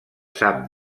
sap